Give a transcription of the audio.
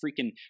freaking